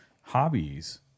hobbies